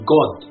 God